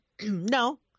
No